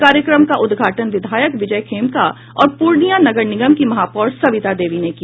कार्यक्रम का उद्घाटन विधायक विजय खेमका और प्रर्णियां नगर निगम की महापौर सविता देवी ने किया